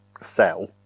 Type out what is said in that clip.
sell